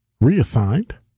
Reassigned